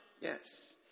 Yes